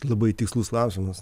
labai tikslus klausimus